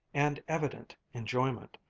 and evident enjoyment,